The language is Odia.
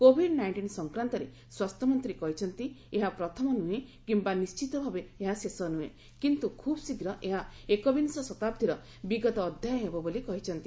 କୋଭିଡ୍ ନାଇଷ୍ଟିନ ସଂକ୍ରାନ୍ତରେ ସ୍ୱାସ୍ଥ୍ୟମନ୍ତ୍ରୀ କହିଛନ୍ତି ଏହା ପ୍ରଥମ ନୁହେଁ କିମ୍ବା ନିର୍ଣ୍ଣିତ ଭାବେ ଏହା ଶେଷ ନୁହେଁ କିନ୍ତୁ ଖୁବ୍ ଶୀଘ୍ର ଏହା ଏକବିଂଶ ଶତାବ୍ଦୀର ବିଗତ ଅଧ୍ୟାୟ ହେବ ବୋଲି କହିଛନ୍ତି